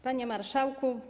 Panie Marszałku!